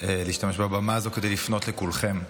להשתמש בבמה הזאת כדי לפנות לכולכם.